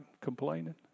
complaining